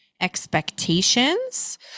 expectations